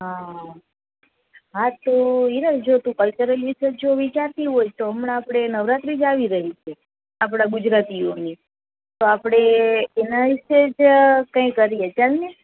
હા તો હિરલ જો તું કલચરલ વિશે જો વિચારતી હોય તો હમણા આપડે નવરાત્રી જ આવી રહી છે આપણા ગુજરાતીઓની તો આપડે એના વિશે જ કાઈ કરીયે ચાલને